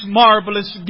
marvelous